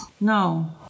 no